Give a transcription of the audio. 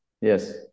Yes